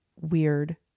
weird